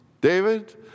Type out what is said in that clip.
David